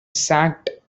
sacked